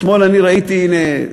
אתמול אני ראיתי, הנה,